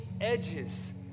edges